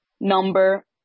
number